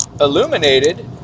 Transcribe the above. illuminated